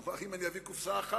הוא אמר: אם אני אביא קופסה אחת,